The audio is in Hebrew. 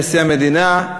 נשיא המדינה,